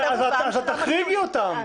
אז תחריגי אותם.